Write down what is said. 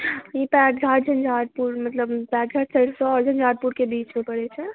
ई पैटघाट झञ्झारपुर मतलब पैटघाट सरिसब आ झञ्झारपुरके बीचमे पड़ैत छै